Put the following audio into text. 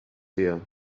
here